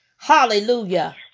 Hallelujah